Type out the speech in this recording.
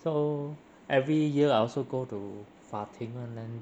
so every year I also go to 法庭 [one] then